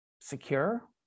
secure